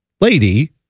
lady